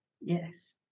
Yes